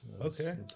Okay